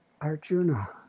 Arjuna